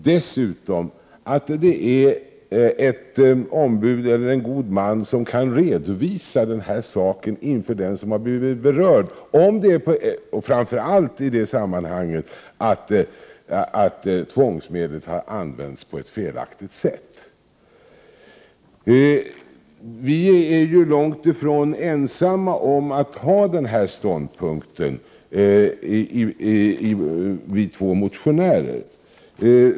Dessutom behövs ett ombud eller en god man som kan redovisa saken inför den som har blivit berörd, framför allt i ett sammanhang då tvångsmed Prot. 1988/89:126 let har använts på ett felaktigt sätt. 1 juni 1989 Vi två motionärer är ju långt ifrån ensamma om att ha denna ståndpunkt.